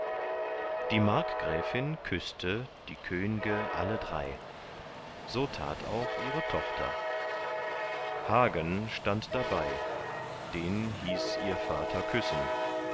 die markgräfin küßte die könge alle drei so tat auch ihre tochter hagen stand dabei den hieß ihr vater küssen